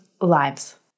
lives